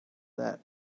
that